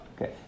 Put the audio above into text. Okay